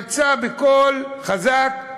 זה יצא בקול חזק,